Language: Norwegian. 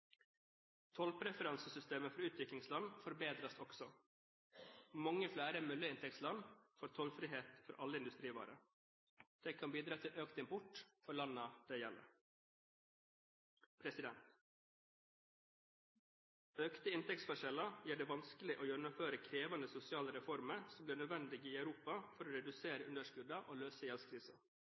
Tollpreferansesystemet for utviklingsland forbedres også. Mange flere mellominntektsland får tollfrihet for alle industrivarer. Det kan bidra til økt import for landene det gjelder. Økte inntektsforskjeller gjør det vanskelig å gjennomføre krevende sosiale reformer som blir nødvendige i Europa for å redusere underskuddene og løse